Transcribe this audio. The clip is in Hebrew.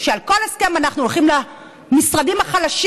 שעל כל הסכם אנחנו הולכים למשרדים החלשים